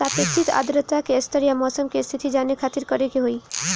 सापेक्षिक आद्रता के स्तर या मौसम के स्थिति जाने खातिर करे के होई?